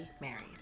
married